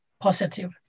positive